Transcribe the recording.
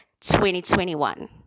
2021